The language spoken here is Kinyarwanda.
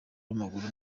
w’amaguru